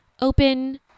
open